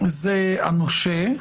זה הנושה,